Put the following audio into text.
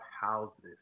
houses